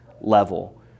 level